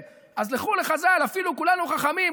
אז לכו לחז"ל: "אפילו כולנו חכמים,